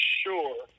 sure